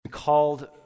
Called